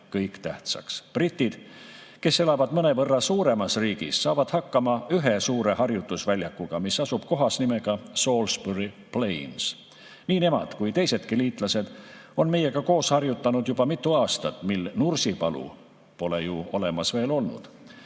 Britid, kes elavad mõnevõrra suuremas riigis, saavad hakkama ühe suure harjutusväljakuga, mis asub kohas nimega Salisbury Plain. Nemad ja teisedki liitlased on meiega koos harjutanud juba mitu aastat, mil Nursipalu pole ju olemas veel olnud.